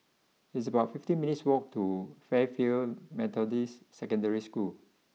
it's about fifty minutes' walk to Fairfield Methodist Secondary School